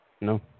No